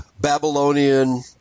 Babylonian